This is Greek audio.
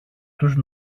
του